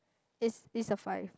is is a five